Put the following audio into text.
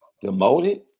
Demoted